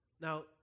Now